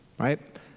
right